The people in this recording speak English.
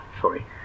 sorry